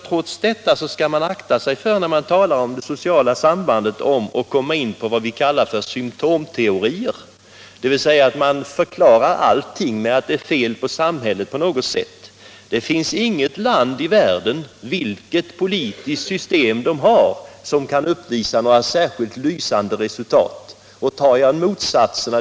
Trots detta skall man, när man talar om det sociala sambandet, akta sig för att komma in på vad vi kallar symtomteorier, dvs. att man förklarar allting med att det på något sätt är fel på samhället. Det finns inget land i världen, oavsett politiskt system, som kan visa upp några särskilt lysande resultat.